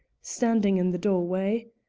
standing in the doorway.